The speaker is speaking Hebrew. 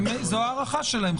זו הערכתם.